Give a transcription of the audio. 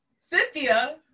Cynthia